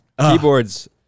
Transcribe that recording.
Keyboards